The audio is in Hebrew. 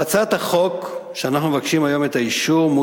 בהצעת החוק שאנחנו מבקשים היום את האישור שלה,